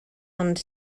ond